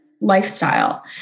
lifestyle